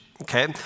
Okay